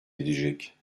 edecek